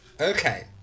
Okay